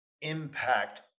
impact